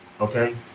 okay